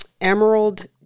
Emerald